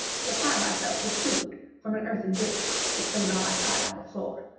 supply myself with food from an earthen dish which lay by my side on the floor.